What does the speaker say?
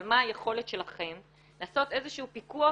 אבל מה היכולת שלכם לעשות איזשהו פיקוח